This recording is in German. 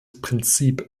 prinzip